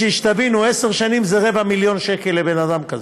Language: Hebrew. שתבינו, עשר שנים זה רבע מיליון שקל לבן-אדם כזה.